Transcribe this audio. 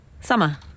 Summer